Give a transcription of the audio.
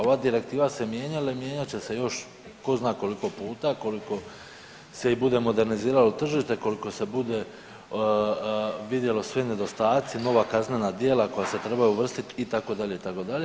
Ova direktiva se mijenjale, mijenjat će se još tko zna koliko puta, koliko se bude i moderniziralo tržište, koliko se bude vidjelo svi nedostaci, nova kaznena djela koja se trebaju uvrstiti itd. itd.